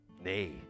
nay